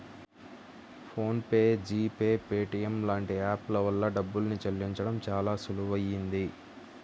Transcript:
phone pay, G pay, Paytm లాంటి app ల వల్ల డబ్బుల్ని చెల్లించడం చానా సులువయ్యింది